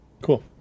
Cool